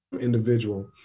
individual